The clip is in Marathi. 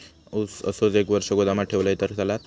ऊस असोच एक वर्ष गोदामात ठेवलंय तर चालात?